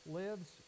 lives